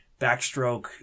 backstroke